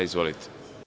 Izvolite.